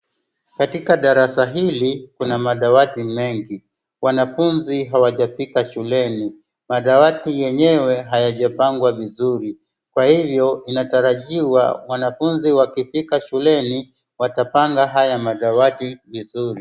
Katika darasa hili kuna madawati mengi. Wanafuzi hawajafika shuleni. Madawati yenyewe hayajapangwa vizuri kwa hivyo inatarajiwa wanafuzi wakifika shuleni watapanga haya madawati vizuri.